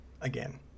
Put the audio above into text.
again